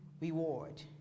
reward